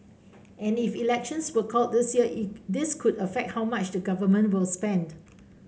and if elections were called this year it this could affect how much the Government will spend